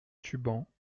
tubans